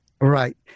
Right